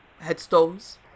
headstones